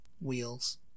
wheels